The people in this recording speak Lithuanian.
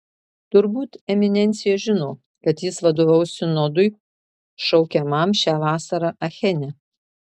turbūt eminencija žino kad jis vadovaus sinodui šaukiamam šią vasarą achene